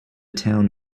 town